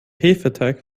hefeteig